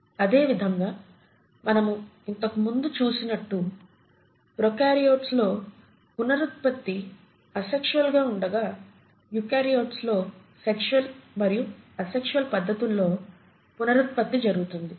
అదే విధంగా మనము ఇంతకు ముందు చూసినట్టు ప్రోకార్యోట్స్ లో పునరుత్పత్తి అసెక్సువల్ గా ఉండగా యుకార్యోట్స్ లో సెక్సువల్ మరియు అసెక్సువల్ పద్ధతుల్లో పునరుత్పత్తి జరుగుతుంది